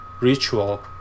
ritual